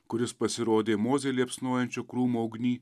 kuris pasirodė mozei liepsnojančio krūmo ugny